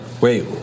Wait